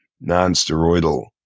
non-steroidal